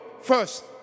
First